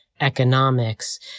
economics